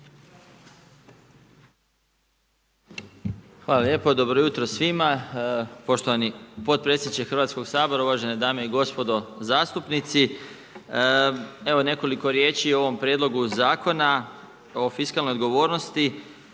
Hvala lijepo. Dobro jutro svima. Poštovani potpredsjedniče Hrvatskoga sabora, uvažene dame i gospodo zastupnici. Evo nekoliko riječi o ovom prijedlogu zakona o fiskalnoj odgovornosti.